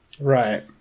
right